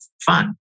fun